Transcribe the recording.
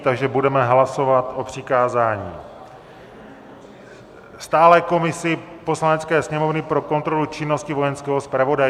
Takže budeme hlasovat o přikázání stálé komisi Poslanecké sněmovny pro kontrolu činnosti Vojenského zpravodajství.